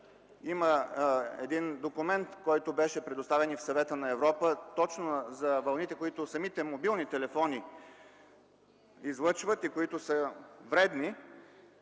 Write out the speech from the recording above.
има документ, предоставен и в Съвета на Европа, за вълните, които самите мобилни телефони излъчват и които са вредни.